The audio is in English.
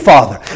Father